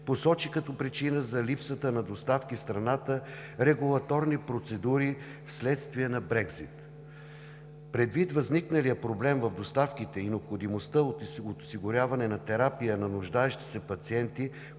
посочи като причина за липсата на доставки в страната регулаторни процедури вследствие на Брекзит. Предвид възникналия проблем в доставките и необходимостта от осигуряване на терапия на нуждаещи се пациенти,